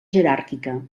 jeràrquica